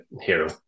hero